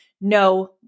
no